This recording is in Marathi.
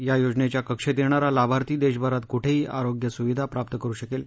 या योजनेच्या कक्षेत येणारा लाभार्थी देशभरात कुठेही आरोग्य सुविधा प्राप्त करू शकेल